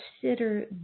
consider